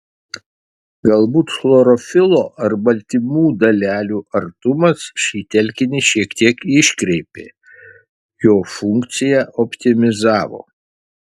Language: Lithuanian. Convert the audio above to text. galbūt chlorofilo ar baltymų dalelių artumas šį telkinį šiek tiek iškreipė jo funkciją optimizavo